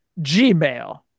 gmail